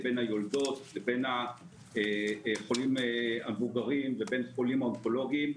בין היולדות לבין החולים המבוגרים והאונקולוגיים.